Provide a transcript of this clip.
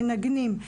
מנגנים,